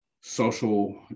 social